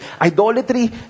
Idolatry